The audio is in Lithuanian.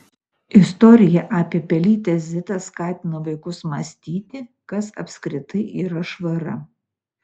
istorija apie pelytę zitą skatina vaikus mąstyti kas apskritai yra švara